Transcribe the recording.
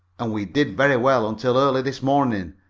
and we did very well until early this morning.